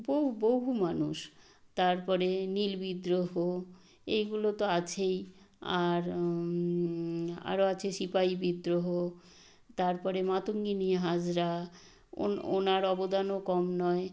বহু বহু মানুষ তারপরে নীল বিদ্রোহ এগুলো তো আছেই আর আরও আছে সিপাই বিদ্রোহ তারপরে মাতঙ্গিনী হাজরা ওনার অবদানও কম নয়